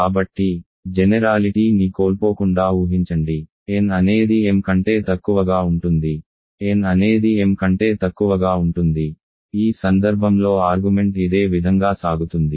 కాబట్టి జెనెరాలిటీ ని కోల్పోకుండా ఊహించండి n అనేది m కంటే తక్కువగా ఉంటుంది n అనేది m కంటే తక్కువగా ఉంటుంది ఈ సందర్భంలో ఆర్గుమెంట్ ఇదే విధంగా సాగుతుంది